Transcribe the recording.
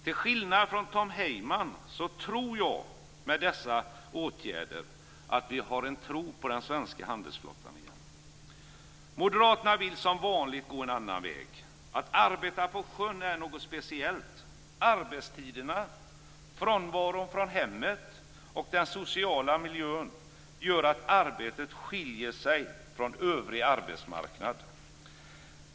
Till skillnad från Tom Heyman menar jag att vi med dessa åtgärder i dag kan ha en tro på den svenska handelsflottan. Moderaterna vill som vanligt gå en annan väg. Att arbeta på sjön är något speciellt. Arbetstiderna, frånvaron från hemmet och den sociala miljön gör att arbetet skiljer sig från vad som gäller på den övriga arbetsmarknaden.